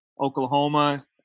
Oklahoma